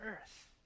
earth